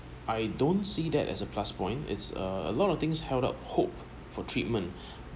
I don't see that as a plus point it's a lot of things held out hope for treatment